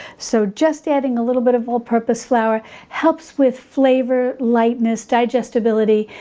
so just adding a little bit of all purpose flour helps with flavor, lightness, digestability,